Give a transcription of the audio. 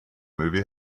movie